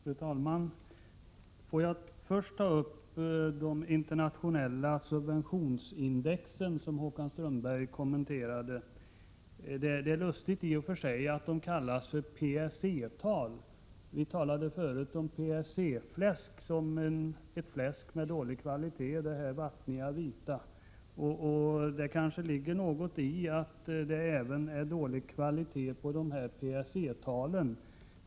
Fru talman! Håkan Strömberg kommenterade de internationella subventionsindexen. Det är i och för sig lustigt att de kallas för PSE-tal. Vi talade förut om PSE-fläsk som ett fläsk med dålig kvalitet — det vattniga, vita fläsket. Och det kanske ligger något i att det även är dålig kvalitet på PSE-talen.